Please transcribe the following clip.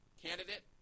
candidate